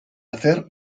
hacer